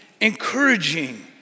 encouraging